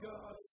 God